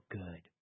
good